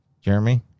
Jeremy